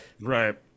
right